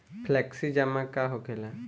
Flexi जमा का होखेला?